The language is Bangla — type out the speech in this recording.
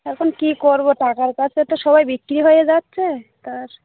এখন কী করব টাকার কাছে তো সবাই বিক্রি হয়ে যাচ্ছে তা আর